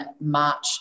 March